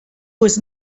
was